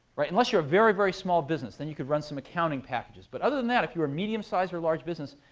unless you're a very, very small business, then you can run some accounting packages. but other than that, if you were a medium-sized or large business,